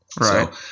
Right